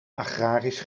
agrarisch